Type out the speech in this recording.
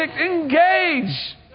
Engage